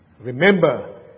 Remember